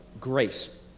grace